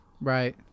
Right